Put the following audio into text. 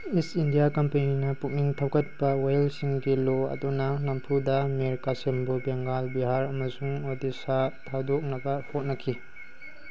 ꯏꯁ India ꯀꯝꯄꯅꯤꯅ ꯄꯨꯛꯅꯤꯡ ꯊꯧꯒꯠꯄ ꯋꯥꯌꯦꯜꯁꯤꯡꯒꯤ ꯂꯣ ꯑꯗꯨꯅ ꯅꯝꯐꯨꯗ ꯃꯤꯔ ꯀꯥꯁꯤꯝꯕꯨ ꯕꯦꯡꯒꯜ ꯕꯤꯍꯥꯔ ꯑꯃꯁꯨꯡ ꯑꯣꯗꯤꯁꯥ ꯊꯥꯗꯣꯛꯅꯕ ꯍꯣꯠꯅꯈꯤ